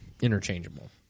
interchangeable